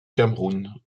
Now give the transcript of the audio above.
cameroun